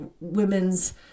women's